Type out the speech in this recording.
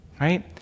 Right